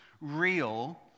real